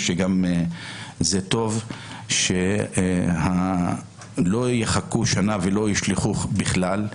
שזה טוב שלא יחכו שנה ולא ישלחו בכלל,